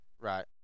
Right